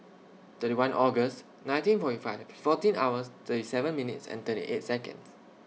thirty one August nineteen forty five fourteen hours three seven minutes and thirty eight Seconds